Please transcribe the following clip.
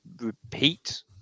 repeat